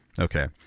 Okay